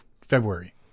February